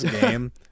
game